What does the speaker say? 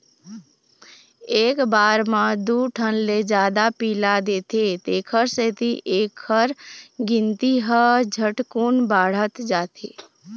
एक बार म दू ठन ले जादा पिला देथे तेखर सेती एखर गिनती ह झटकुन बाढ़त जाथे